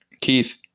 Keith